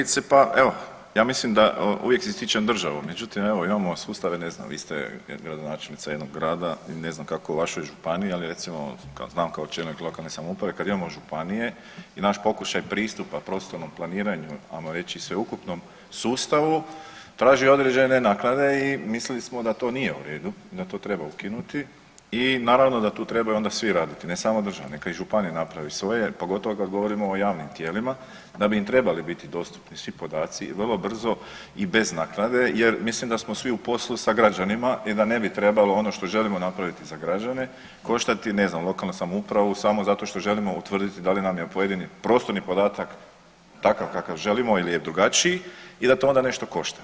Kolegice, pa evo ja mislim da uvijek ističem državu, međutim imamo sustave vi ste gradonačelnica jednog grada i ne znam kako u vašoj županiji, ali znam kao čelnik lokalne samouprave kad imamo županije i naš pokušaj pristupa prostornom planiranju i sveukupnom sustavu traži određene naknade i mislili smo da to nije u redu i da to treba ukinuti i naravno da tu trebaju onda svi raditi, ne samo država neka i županije naprave svoje, pogotovo kada govorimo o javnim tijelima da bi im trebali biti dostupni svi podaci i vrlo brzo i bez naknade jer mislim da smo svi u poslu sa građanima i da ne bi trebalo ono što želimo napraviti za građane koštati, ne znam lokalnu samoupravu samo zato što želimo utvrditi da li nam je pojedini prostorni podatak takav kakav želimo ili je drugačiji i da to onda nešto košta.